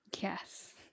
yes